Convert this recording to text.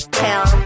tell